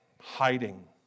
Hiding